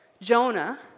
Jonah